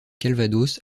calvados